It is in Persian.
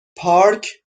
پارک